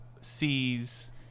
sees